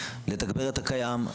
לתגבר את הקיים,